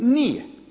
Nije.